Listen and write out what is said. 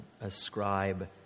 ascribe